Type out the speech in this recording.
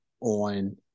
on